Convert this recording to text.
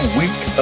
week